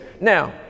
Now